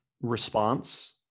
response